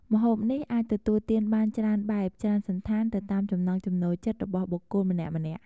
ម្ហូបនេះអាចទទួលទានបានច្រើនបែប ច្រើនសណ្ឋានទៅតាមចំណង់ចំណូលចិត្តរបស់បុគ្គលម្នាក់ៗ។